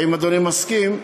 האם אדוני מסכים?